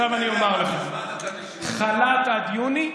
עכשיו אני אומר לכם, חל"ת עד יוני,